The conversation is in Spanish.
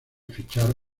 fichar